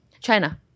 China